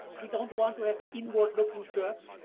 we don't want to have and inward looking church,